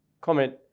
comment